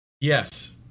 Yes